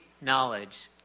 knowledge